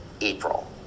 April